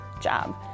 job